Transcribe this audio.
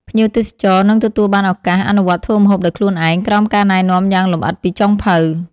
ភ្ញៀវទេសចរនឹងទទួលបានឱកាស អនុវត្តធ្វើម្ហូបដោយខ្លួនឯង ក្រោមការណែនាំយ៉ាងលម្អិតពីចុងភៅ ។